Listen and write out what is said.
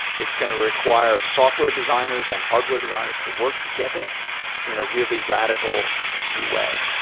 it's going to require software designers and hardware designers to work together in a really radical new way,